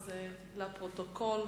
לפרוטוקול.